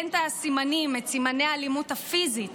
אין את סימני האלימות הפיזית,